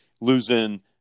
losing